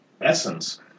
essence